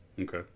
Okay